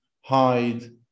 hide